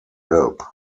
help